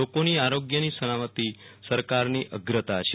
લોકોની આરોગ્યની સલામતી સરકારની અગ્રતા છે